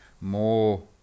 more